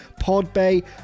PodBay